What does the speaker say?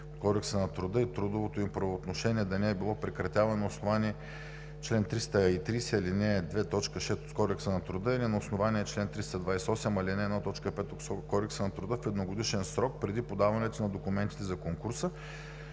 Кодекса на труда и трудовото им правоотношение да не е било прекратяване на основание чл. 330, ал. 2, т. 6 от Кодекса на труда или на основание чл. 328, ал. 1, т. 5 от Кодекса на труда в едногодишен срок преди подаването на документите за конкурса,